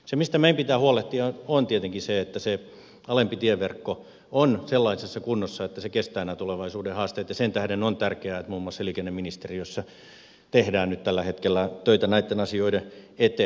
se mistä meidän pitää huolehtia on tietenkin se että se alempi tieverkko on sellaisessa kunnossa että se kestää nämä tulevaisuuden haasteet ja sen tähden on tärkeää että muun muassa liikenneministeriössä tehdään nyt tällä hetkellä töitä näitten asioiden eteen